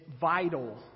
vital